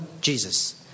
Jesus